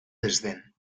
desdén